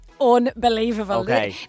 unbelievable